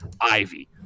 ivy